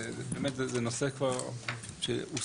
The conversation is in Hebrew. זה באמת זה נושא כבר שהוסדר,